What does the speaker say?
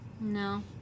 no